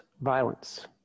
violence